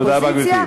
תודה רבה, גברתי.